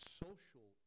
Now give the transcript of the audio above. social